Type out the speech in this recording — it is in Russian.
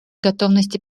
готовности